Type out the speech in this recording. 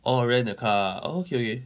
oh rent a car orh okay okay